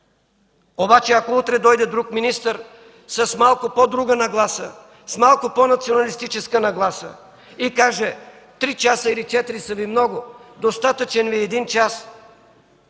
обаче ако утре дойде друг министър с малко по-друга нагласа, с малко по-националистическа нагласа, и каже: „Три часа или четири са Ви много, достатъчен е един час”